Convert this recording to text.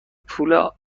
پول